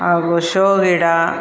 ಹಾಗೂ ಶೋ ಗಿಡ